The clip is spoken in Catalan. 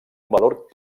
valor